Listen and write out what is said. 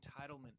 entitlement